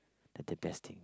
that the best thing